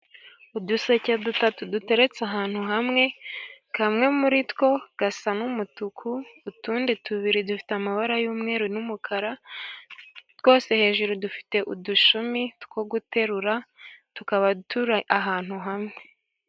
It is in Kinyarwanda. Uduseke dutatu duteretse ahantu hamwe, kamwe muri two gasa n'umutuku utundi tubiri dufite amabara y'umweru n'umukara, twose hejuru dufite udushumi two guterura tukaba turi ahantu hamwe.